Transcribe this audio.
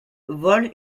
vole